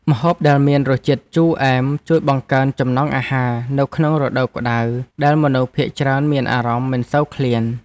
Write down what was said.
ម្ហូបដែលមានរសជាតិជូរអែមជួយបង្កើនចំណង់អាហារនៅក្នុងរដូវក្តៅដែលមនុស្សភាគច្រើនមានអារម្មណ៍មិនសូវឃ្លាន។